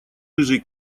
рыжий